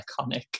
iconic